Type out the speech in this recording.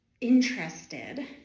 interested